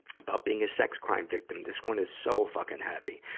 about being a sex crime victim this one is so fucking heavy.